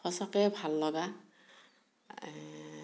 সঁচাকৈ ভাললগা এই